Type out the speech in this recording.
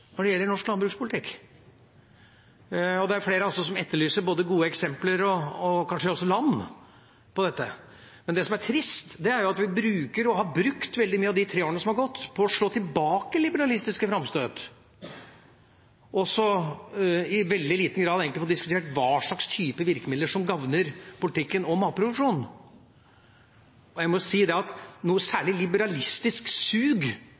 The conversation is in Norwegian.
når det gjelder norsk landbrukspolitikk. Det er flere som etterlyser både gode eksempler på dette og kanskje også land. Men det som er trist, er jo at vi bruker, og har brukt, veldig mye av de tre årene som har gått, på å slå tilbake liberalistiske framstøt og egentlig i veldig liten grad har fått diskutert hva slags type virkemidler som gagner politikken og matproduksjonen. Og jeg må si at noe særlig liberalistisk sug